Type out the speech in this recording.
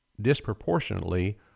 disproportionately